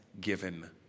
given